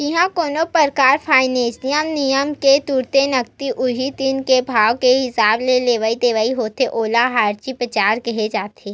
जिहाँ कोनो परकार फाइनेसियल जिनिस के तुरते नगदी उही दिन के भाव के हिसाब ले लेवई देवई होथे ओला हाजिर बजार केहे जाथे